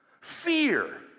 fear